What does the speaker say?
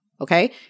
Okay